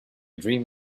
dream